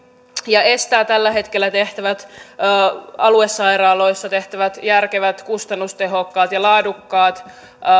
ja estää tällä hetkellä aluesairaaloissa tehtävät järkevät kustannustehokkaat ja laadukkaat